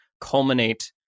culminate